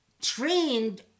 trained